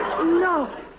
No